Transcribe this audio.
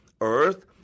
Earth